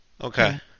Okay